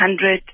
hundred